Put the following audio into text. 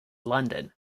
london